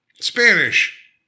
Spanish